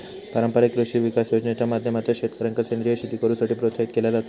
पारंपारिक कृषी विकास योजनेच्या माध्यमातना शेतकऱ्यांका सेंद्रीय शेती करुसाठी प्रोत्साहित केला जाता